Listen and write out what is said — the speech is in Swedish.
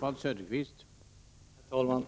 Herr talman!